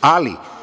Ali,